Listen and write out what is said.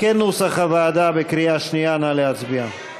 כנוסח הוועדה, בקריאה שנייה, נא להצביע.